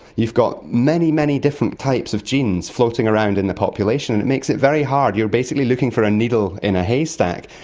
you've got many, many different types of genes floating around in the population, it makes it very hard, you're basically looking for a needle in a haystack.